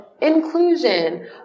inclusion